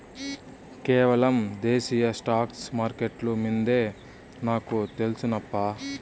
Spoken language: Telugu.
కేవలం దేశీయ స్టాక్స్ మార్కెట్లు మిందే నాకు తెల్సు నప్పా